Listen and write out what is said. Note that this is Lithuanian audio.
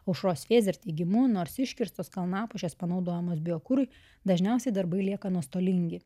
aušros fėzer teigimu nors iškirstos kalnapušės panaudojamos biokurui dažniausiai darbai lieka nuostolingi